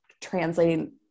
translating